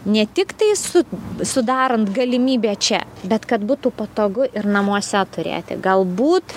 ne tik tai su sudarant galimybę čia bet kad būtų patogu ir namuose turėti galbūt